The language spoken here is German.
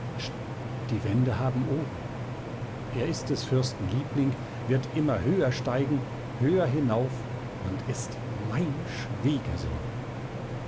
die wände haben ohren er ist des fürsten liebling wird immer höher steigen höher hinauf und ist mein schwiegersohn